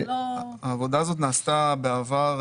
העבודה הזאת נעשתה בעבר,